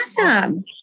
awesome